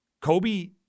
Kobe